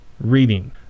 reading